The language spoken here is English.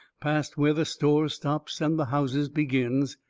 past where the stores stops and the houses begins.